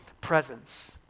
presence